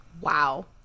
Wow